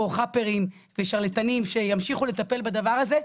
חאפרים ושרלטנים שימשיכו לטפל בדבר הזה,